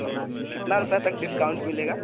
तो कितने रुपये तक डिस्काउंट मिलेगा